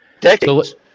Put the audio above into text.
decades